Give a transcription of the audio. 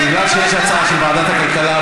כיוון שיש הצעה של ועדת הכלכלה,